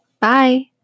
Bye